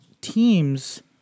teams